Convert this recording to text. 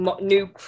new